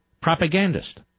propagandist